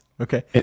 Okay